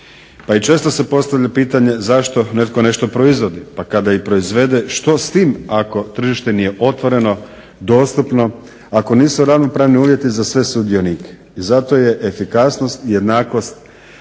pa i često se postavlja pitanje zašto netko nešto proizvodi, pa kada i proizvede što s tim ako tržište nije otvoreno, dostupno, ako nisu ravnopravni uvjeti za sve sudionike. I zato je efikasnost i jednakost